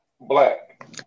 black